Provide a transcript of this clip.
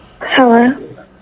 Hello